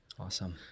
Awesome